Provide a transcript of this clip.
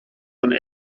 von